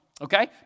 okay